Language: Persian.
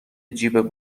جیب